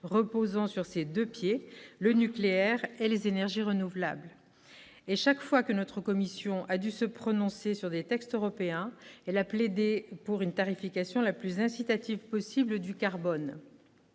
reposant sur ses deux pieds, le nucléaire et les énergies renouvelables. Et, chaque fois que notre commission a dû se prononcer sur des textes européens, elle a plaidé pour une tarification la plus incitative possible du carbone.